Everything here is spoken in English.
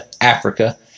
Africa